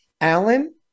alan